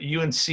UNC